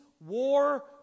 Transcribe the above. war